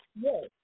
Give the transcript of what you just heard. Yes